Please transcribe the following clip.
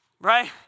right